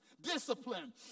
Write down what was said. discipline